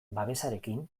babesarekin